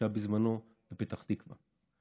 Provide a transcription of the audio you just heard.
שהיה בזמנו בפתח תקווה.